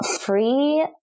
free